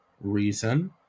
reason